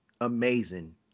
amazing